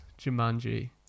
Jumanji